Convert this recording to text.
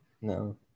No